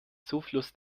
zufluss